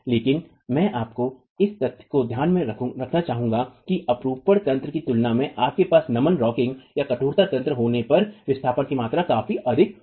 लेकिन मैं आपको इस तथ्य को ध्यान में रखना चाहूंगा कि अपरूपण तंत्र की तुलना में आपके पास नमन रॉकिंगकठोरता तंत्र होने पर विस्थापन की मात्रा काफी अधिक होती है